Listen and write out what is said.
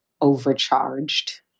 overcharged